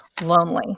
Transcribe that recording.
lonely